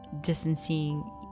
distancing